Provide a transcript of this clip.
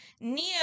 neo